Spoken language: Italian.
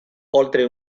oltre